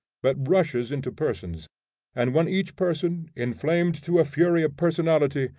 but rushes into persons and when each person, inflamed to a fury of personality,